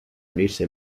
unirse